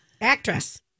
Actress